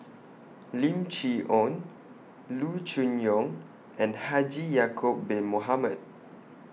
Lim Chee Onn Loo Choon Yong and Haji Ya'Acob Bin Mohamed